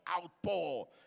outpour